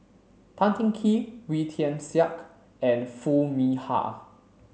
Tan Teng Kee Wee Tian Siak and Foo Mee Har